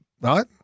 right